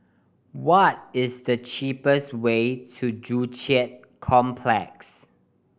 what is the cheapest way to Joo Chiat Complex